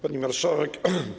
Pani Marszałek!